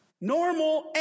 Normal